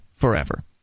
forever